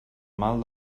mal